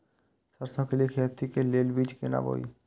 सरसों के लिए खेती के लेल बीज केना बोई?